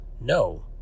No